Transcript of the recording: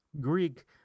Greek